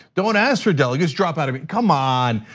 don't ask for delegates, drop out of it, come on.